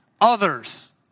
Others